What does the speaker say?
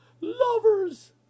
Lovers